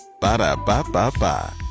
Ba-da-ba-ba-ba